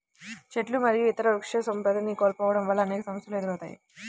చెట్లు మరియు ఇతర వృక్షసంపదని కోల్పోవడం వల్ల అనేక సమస్యలు ఎదురవుతాయి